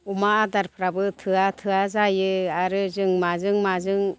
अमा आदारफ्राबो थोआ थोआ जायो आरो जों माजों माजों